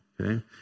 Okay